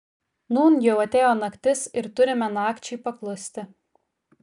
nūn jau atėjo naktis ir turime nakčiai paklusti